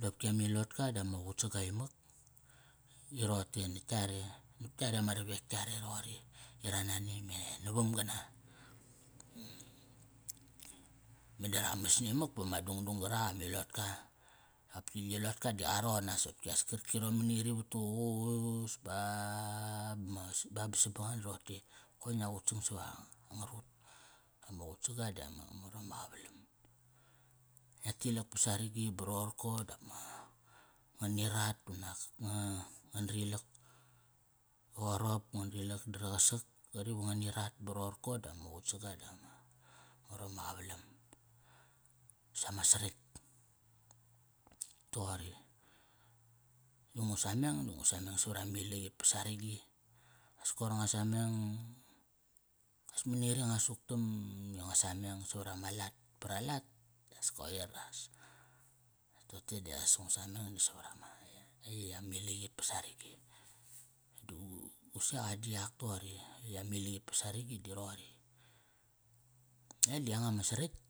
dopki amilotka di ama qutsga imak. I roqote natk yare, nap yare ama ravek yare roqori, i ra nani. E navam gana. Meda ra mas nimak pama dungdung qarak amilotka. Dopki amiloka di qa roqonas kopki qarkirom mani vat tuququs baa, bas, ba ba sabangang di roqote, koi ngia qutsang savangarut. Ama qutsaga dama mor am ma qavalom. Ngia tilak pa saragi ba roqorko dap ma, ngani rat unak nga, ngan dra ilak pa qarop, ngan drilak daraqasak, qari va ngani rat ba roqorko dama qutsaga dama mor am ma qavalom. Si ama saritk, toqori. Di ngu sameng da ngu sameng savarama ilaqit pa saragi. As koir nga sameng, as mani qri nga suktam i ngua sameng savarama lat para lat, as koir as. Dap tote di ngu sameng di savarama ya it amilaqit va saragi. Di gu seqa di yak toqori, i amilaqi pa saragi di roqori. E di yanga ma saritk.